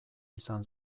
izan